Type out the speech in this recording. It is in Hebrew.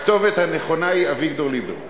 הכתובת הנכונה היא אביגדור ליברמן.